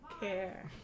care